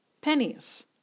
pennies